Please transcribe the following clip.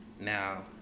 Now